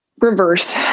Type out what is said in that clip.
reverse